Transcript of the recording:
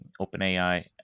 OpenAI